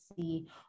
see